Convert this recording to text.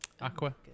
Aqua